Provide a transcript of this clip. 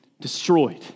destroyed